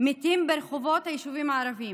מתים ברחובות היישובים הערביים.